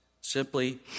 simply